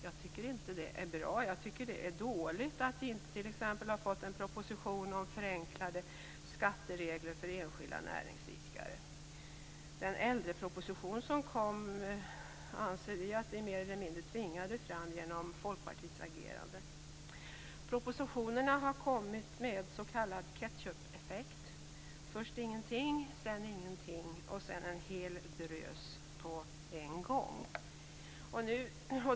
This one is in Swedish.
Det är inte bra. Jag tycker att det är dåligt att vi t.ex. inte har fått en proposition om förenklade skatteregler för enskilda näringsidkare. Den äldreproposition som kommit anser vi i Folkpartiet att vi mer eller mindre tvingade fram genom vårt agerande. Propositionerna har kommit med s.k. ketchupeffekt - först ingenting, sedan ingenting och sedan en hel drös på en gång.